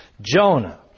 Jonah